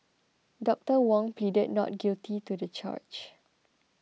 Doctor Wong pleaded not guilty to the charge